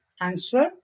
answer